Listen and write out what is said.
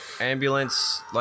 ambulance